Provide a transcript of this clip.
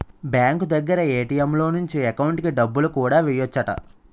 bank దగ్గర ATM లో నుంచి ఎకౌంటుకి డబ్బులు కూడా ఎయ్యెచ్చట